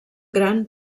gran